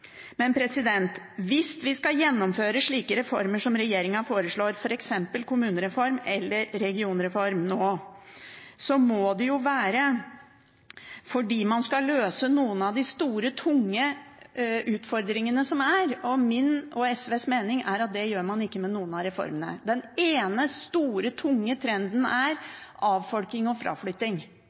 Hvis vi skal gjennomføre slike reformer som regjeringen foreslår, f.eks. en kommunereform eller en regionreform, nå, må det jo være fordi man skal løse noen av de store og tunge utfordringene. Min og SVs mening er at det gjør man ikke med noen av reformene. Den ene store, tunge trenden er avfolking og fraflytting.